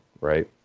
right